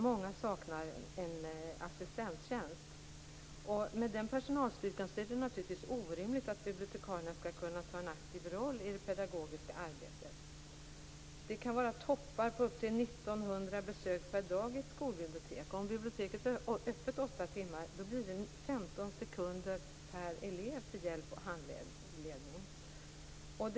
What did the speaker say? Många saknar en assistenttjänst. Med den personalstyrkan är det orimligt att bibliotekarierna skall kunna spela en aktiv roll i det pedagogiska arbetet. Det kan vara toppar på upp till 1 900 besök på en dag i ett skolbibliotek. Om biblioteket är öppet åtta timmar innebär det 15 sekunders hjälp och handledning per elev.